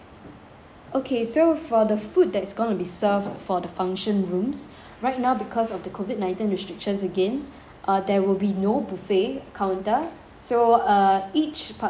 okay so for the food that's going to be served for the function rooms right now because of the COVID nineteen restrictions again uh there will be no buffet counter so uh each part um